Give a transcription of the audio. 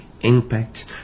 impact